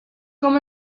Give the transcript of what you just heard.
com